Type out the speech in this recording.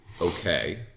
okay